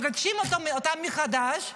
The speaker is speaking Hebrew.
מגישים אותם מחדש ומעבירים.